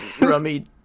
Rummy